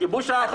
הכיבוש האחרון.